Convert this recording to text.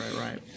right